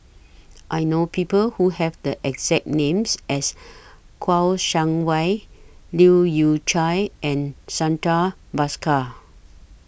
I know People Who Have The exact Names as Kouo Shang Wei Leu Yew Chye and Santha Bhaskar